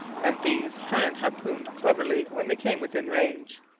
and these hearne harpooned cleverly when they came within range.